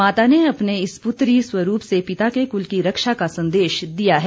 माता ने अपने इस पुत्री स्वरूप से पिता के कुल की रक्षा का संदेश दिया है